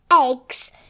eggs